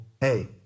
hey